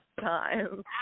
time